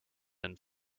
and